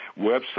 website